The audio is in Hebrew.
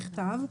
בכתב"."